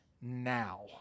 now